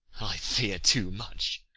i fear too much.